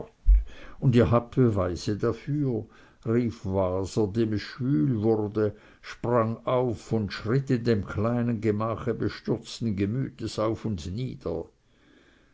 und ihr habt beweise dafür rief waser dem es schwül wurde sprang auf und schritt in dem kleinen gemache bestürzten gemüts auf und nieder